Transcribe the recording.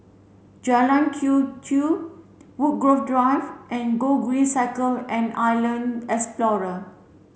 Jalan Quee Chew Woodgrove Drive and Gogreen Cycle and Island Explorer